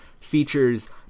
features